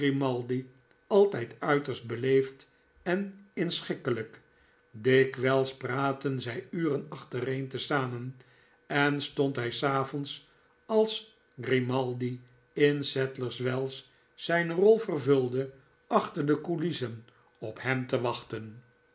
grimaldi altijd uiterst beleefd en inschikkelijk dikwijls praatten zij uren achtereen te zamen en stond hij s avonds als grimaldi in sadlers wells zijne rol vervulde achter de coulissen op hem te wachten